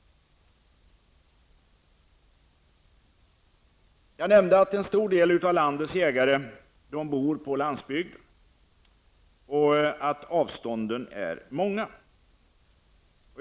Många av landets jägare bor, som jag redan har nämnt, på landsbygden. Avstånden där är långa.